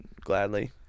Gladly